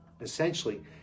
essentially